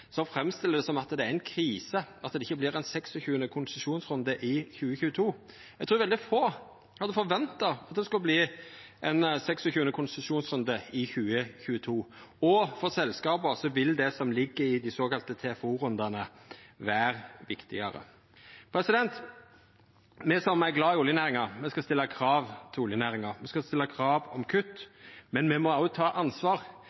framstiller det som at det er ei krise at det ikkje vert ein 26. konsesjonsrunde i 2022. Eg trur veldig få hadde forventa at det skulle verta ein 26. konsesjonsrunde i 2022, og for selskapa vil det som ligg i dei såkalla TFO-rundane vera viktigare. Me som er glade i oljenæringa, skal stilla krav til oljenæringa. Me skal stilla krav om kutt, men me må òg ta ansvar,